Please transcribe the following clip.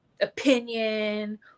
opinion